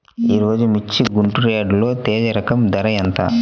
ఈరోజు మిర్చి గుంటూరు యార్డులో తేజ రకం ధర ఎంత?